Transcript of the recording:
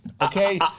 okay